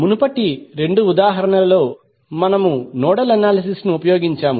మునుపటి రెండు ఉదాహరణలలో మనము నోడల్ అనాలిసిస్ ను ఉపయోగించాము